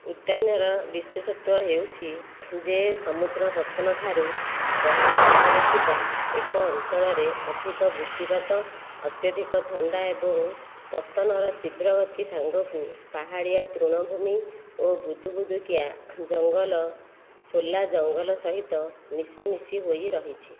ଉଦ୍ୟାନର ବିଶେଷତ୍ୱ ହେଉଛି ଯେ ସମୁଦ୍ର ପତ୍ତନ ଠାରୁ ବହୁ ଉଚ୍ଚରେ ଥିବା ଏକ ଅଞ୍ଚଳରେ ଅଧିକ ବୃଷ୍ଟିପାତ ଅତ୍ୟଧିକ ଥଣ୍ଡା ଏବଂ ପବନର ତୀବ୍ର ଗତି ସାଙ୍ଗକୁ ପାହାଡ଼ିଆ ତୃଣଭୂମି ଓ ବୁଦୁବୁଦୁକିଆ ଜଙ୍ଗଲ ଶୋଲା ଜଙ୍ଗଲ ସହିତ ମିଶାମିଶି ହୋଇ ରହିଛି